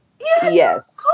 yes